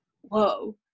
whoa